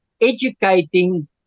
educating